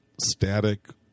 static